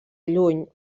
lluny